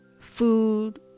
food